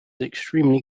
extremely